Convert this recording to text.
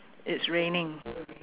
it's raining